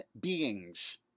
beings